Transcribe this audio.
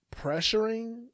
pressuring